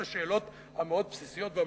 השאלות המאוד-בסיסיות והמאוד-מרכזיות: